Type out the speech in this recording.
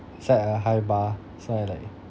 set a high bar so I like